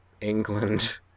England